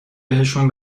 بهشون